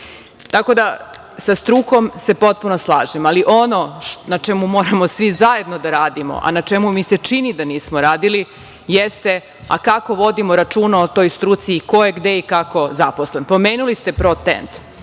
Tako da sa strukom se potpuno slažem. Ono na čemu moramo svi zajedno da radimo, a na čemu mi se čini da nismo radili, jeste kako vodimo računa o toj struci i ko je gde i kako zaposlen. Pomenuli ste „Protent“.